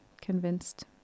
convinced